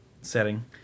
setting